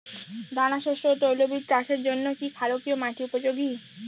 দানাশস্য ও তৈলবীজ চাষের জন্য কি ক্ষারকীয় মাটি উপযোগী?